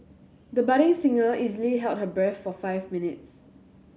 the budding singer easily held her breath for five minutes